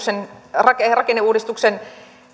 rakenneuudistuksen